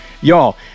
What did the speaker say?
Y'all